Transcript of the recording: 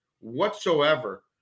whatsoever